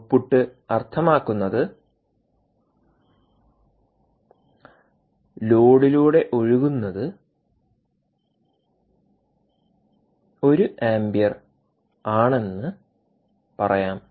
output അർത്ഥമാക്കുന്നത് ലോഡിലൂടെ ഒഴുകുന്നത് 1 ആമ്പിയർ ആണെന്ന് പറയാം